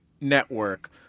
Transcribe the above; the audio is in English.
network